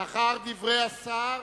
לאחר דברי השר